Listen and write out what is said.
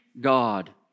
God